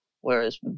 whereas